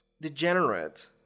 degenerate